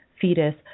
fetus